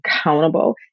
accountable